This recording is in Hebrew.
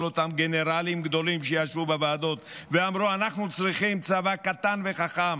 כל אותם גנרלים גדולים שישבו בוועדות ואמרו: אנחנו צריכים צבא קטן וחכם,